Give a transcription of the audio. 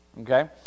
Okay